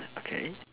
okay